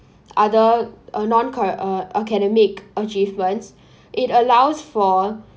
other uh non-ca~ uh academic achievements it allows for